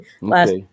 last